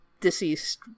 deceased